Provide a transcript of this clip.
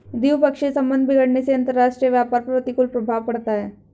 द्विपक्षीय संबंध बिगड़ने से अंतरराष्ट्रीय व्यापार पर प्रतिकूल प्रभाव पड़ता है